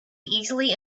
easily